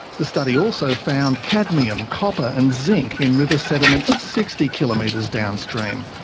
the study also found cadmium, copper and zinc in river sediments sixty kilometres downstream.